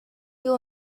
wir